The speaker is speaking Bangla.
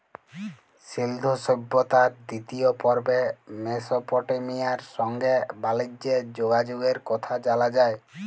সিল্ধু সভ্যতার দিতিয় পর্বে মেসপটেমিয়ার সংগে বালিজ্যের যগাযগের কথা জালা যায়